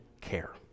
care